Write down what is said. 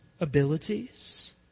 abilities